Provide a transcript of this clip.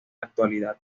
actualidad